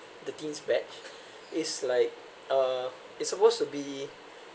the team's badge is like uh it's supposed to be